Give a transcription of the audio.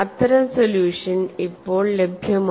അത്തരം സൊല്യൂഷൻ ഇപ്പോൾ ലഭ്യമാണ്